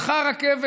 הלכה הרכבת,